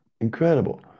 incredible